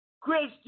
Christian